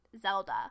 Zelda